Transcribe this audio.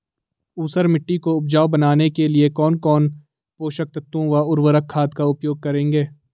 ऊसर मिट्टी को उपजाऊ बनाने के लिए कौन कौन पोषक तत्वों व उर्वरक खाद का उपयोग करेंगे?